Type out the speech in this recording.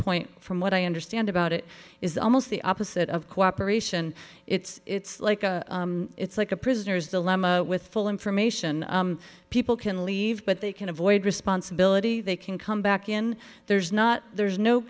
point from what i understand about it is almost the opposite of cooperation it's like a it's like a prisoner's dilemma with full information people can leave but they can avoid responsibility they can come back in there's not there's no